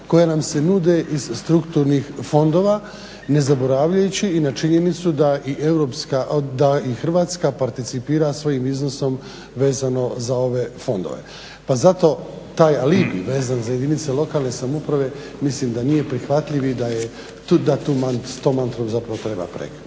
koja nam se nude iz strukturnih fondova ne zaboravljajući i na činjenicu da i Hrvatska participira svojim iznosom vezano za ove fondove pa zato taj alibi vezano za jedinice lokalne samouprave mislim da nije prihvatljiv i da tu mantru s tom mantrom zapravo treba prekinuti.